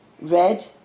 red